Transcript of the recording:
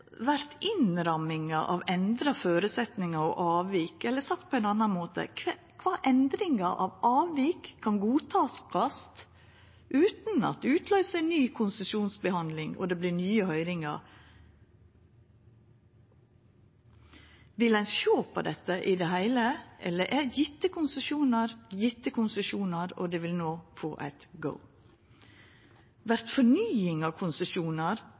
vert innramminga av endra føresetnader og avvik? Eller sagt på ein annan måte: Kva endringar av avvik kan ein godta utan at det utløyser ei ny konsesjonsbehandling og vert nye høyringar? Vil ein sjå på dette i det heile, eller er gjevne konsesjonar gjevne konsesjonar, som no vil få ein «go»? Vert fornying av konsesjonar